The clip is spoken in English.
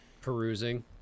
perusing